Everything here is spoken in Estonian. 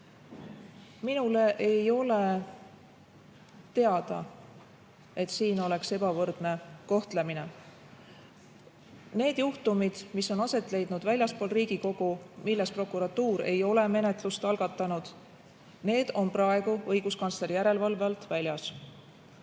Minule ei ole teada, et siin oleks ebavõrdne kohtlemine. Need juhtumid, mis on aset leidnud väljaspool Riigikogu, milles prokuratuur ei ole menetlust algatanud, on praegu õiguskantsleri järelevalve alt väljas.